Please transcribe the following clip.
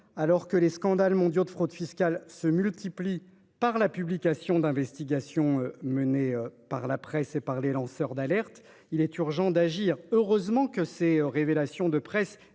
alors que les scandales mondiaux de fraude fiscale se multiplient, révélés par la publication des investigations menées par la presse et par les lanceurs d'alerte, il est urgent d'agir. Heureusement que les révélations des